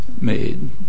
made